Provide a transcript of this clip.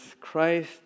Christ